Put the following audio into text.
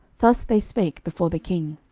thus they spake before the king.